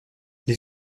les